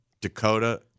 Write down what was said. Dakota